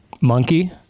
Monkey